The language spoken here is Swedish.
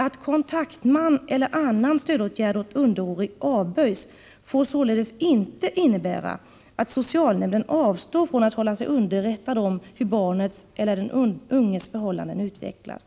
Att kontaktman eller annan stödåtgärd åt underårig avböjs får således inte innebära att socialnämnden avstår från att hålla sig underrättad om hur barnets eller den unges förhållanden utvecklas.